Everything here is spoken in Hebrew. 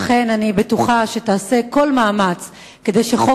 לכן אני בטוחה שתעשה כל מאמץ כדי שחוק